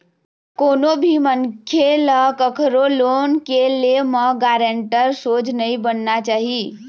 कोनो भी मनखे ल कखरो लोन के ले म गारेंटर सोझ नइ बनना चाही